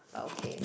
but okay